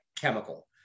chemical